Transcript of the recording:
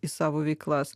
į savo veiklas